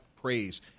praise